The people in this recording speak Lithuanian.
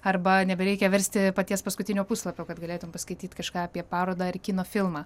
arba nebereikia versti paties paskutinio puslapio kad galėtum paskaityt kažką apie parodą ar kino filmą